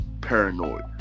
paranoid